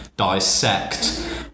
dissect